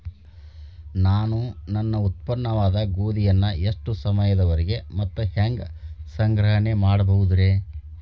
ನಾನು ನನ್ನ ಉತ್ಪನ್ನವಾದ ಗೋಧಿಯನ್ನ ಎಷ್ಟು ಸಮಯದವರೆಗೆ ಮತ್ತ ಹ್ಯಾಂಗ ಸಂಗ್ರಹಣೆ ಮಾಡಬಹುದುರೇ?